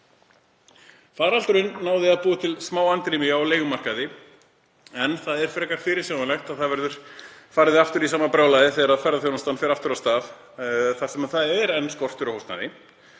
Faraldurinn náði að búa til smá andrými á leigumarkaði, en það er frekar fyrirsjáanlegt að farið verður aftur í sama brjálæðið þegar ferðaþjónustan fer aftur af stað þar sem það er enn skortur á húsnæði.